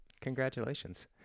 Congratulations